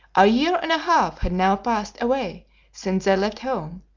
a year and a half had now passed away since they left home,